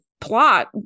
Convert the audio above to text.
plot